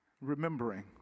remembering